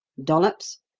dollops!